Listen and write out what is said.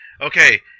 Okay